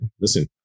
listen